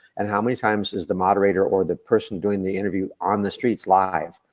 and how many times is the moderator or the person doing the interview on the streets live,